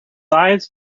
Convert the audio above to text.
eyes